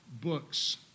books